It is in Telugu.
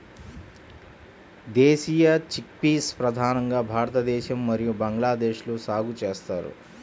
దేశీయ చిక్పీస్ ప్రధానంగా భారతదేశం మరియు బంగ్లాదేశ్లో సాగు చేస్తారు